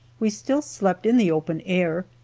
we still slept in the open air,